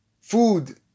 food